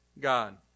God